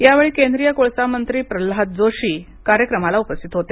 यावेळी केंद्रीय कोळसामंत्री प्रल्हाद जोशी या कार्यक्रमाला उपस्थित होते